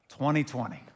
2020